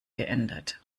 geändert